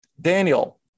daniel